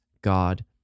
God